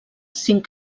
cinc